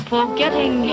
Forgetting